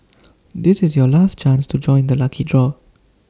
this is your last chance to join the lucky draw